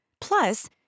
Plus